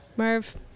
Merv